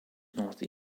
north